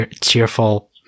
cheerful